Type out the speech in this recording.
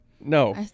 No